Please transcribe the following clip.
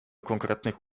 konkretnych